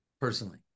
personally